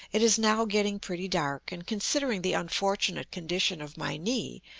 it is now getting pretty dark, and considering the unfortunate condition of my knee,